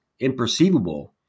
imperceivable